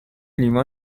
لیوان